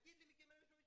תגיד לי מי קיבל 188%,